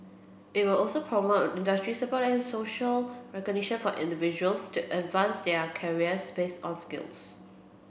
it will also promote industry support and social recognition for individuals to advance their careers based on skills